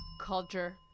culture